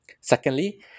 Secondly